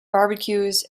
barbecues